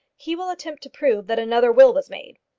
he will attempt to prove that another will was made.